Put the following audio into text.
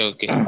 Okay